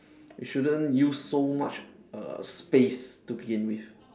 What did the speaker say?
it shouldn't use so much err space to begin with